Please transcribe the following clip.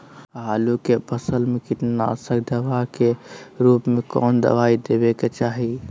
आलू के फसल में कीटनाशक दवा के रूप में कौन दवाई देवे के चाहि?